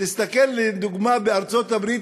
תסתכל לדוגמה בארצות-הברית,